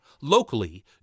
Locally